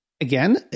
again